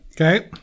Okay